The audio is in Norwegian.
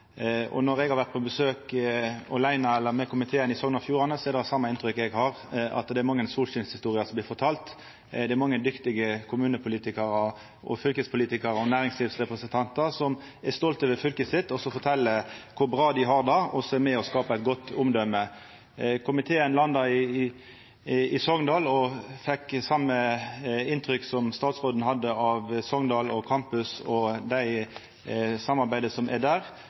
og Fjordane. Når eg har vore på besøk, åleine eller saman med komiteen, i Sogn og Fjordane, er det det same inntrykket eg har, at det er mange solskinshistorier som blir fortalde, og at det er mange dyktige kommunepolitikarar, fylkespolitikarar og næringslivsrepresentantar som er stolte over fylket sitt, og som fortel kor bra dei har det, og som er med på å skapa eit godt omdøme. Komiteen landa i Sogndal og fekk det same inntrykket som statsråden hadde, av Sogndal og Campus og det samarbeidet som er der.